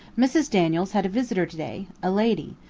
mrs. daniels had a visitor to-day, a lady.